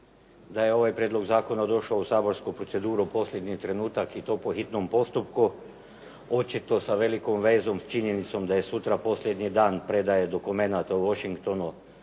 da je ovaj prijedlog zakona došao u saborsku proceduru u posljednji trenutak i to po hitnom postupku, očito sa velikom vezom s činjenicom da je sutra posljednji dan predaje dokumenata u Washingtonu